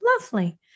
Lovely